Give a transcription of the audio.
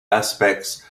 aspects